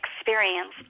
experience